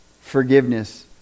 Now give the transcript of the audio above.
Forgiveness